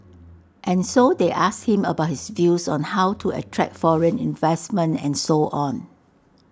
and so they asked him about his views on how to attract foreign investment and so on